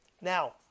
Now